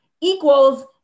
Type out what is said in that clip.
Equals